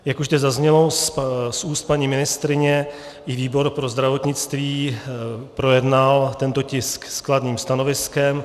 Jak už zde zaznělo z úst paní ministryně, výbor pro zdravotnictví projednal tento tisk s kladným stanoviskem.